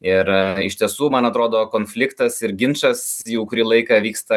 ir iš tiesų man atrodo konfliktas ir ginčas jau kurį laiką vyksta